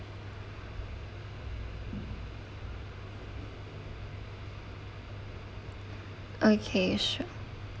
okay sure